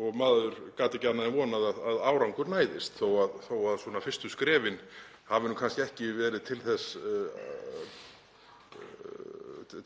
og maður gat ekki annað en vonað að árangur næðist þótt fyrstu skrefin hafi kannski ekki verið